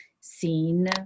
seen